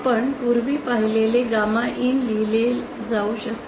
आपण पूर्वी पाहिलेले गॅमा IN लिहिले जाऊ शकते